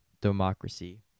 democracy